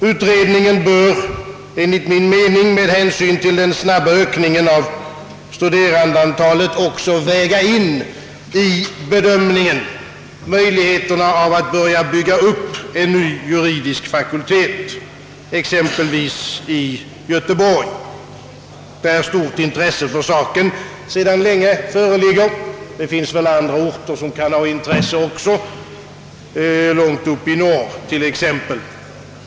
Utredningen bör enligt min mening med tanke på den snabba ökningen av studerandeantalet också väga in i bedömningen möjligheterna att börja bygga upp en ny juridisk fakultet, exempelvis i Göteborg, där stort intresse för saken sedan länge föreligger. Det finns väl andra orter som också kan ha intresse, långt uppe i norr t.ex.